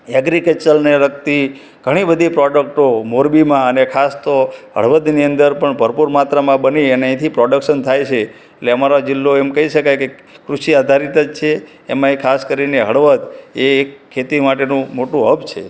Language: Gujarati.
એગ્રિકલ્ચરને લગતી ધણી બધી પ્રોડકટો મોરબીમાં અને ખાસ તો હળવદની અંદર પણ ભરપૂર માત્રામાં બની અને અહીંથી પ્રોડક્શન થાય છે એટલે અમારો જિલ્લો એમ કહી શકાય કે કૃષિ આધારિત જ છે એમાં એ ખાસ કરીને હળવદ એ એક ખેતી માટેનું મોટું હબ છે